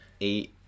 eight